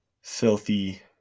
filthy